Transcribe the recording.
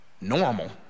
normal